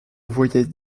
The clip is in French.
voyaient